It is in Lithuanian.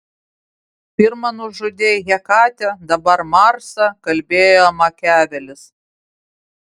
pirma nužudei hekatę dabar marsą kalbėjo makiavelis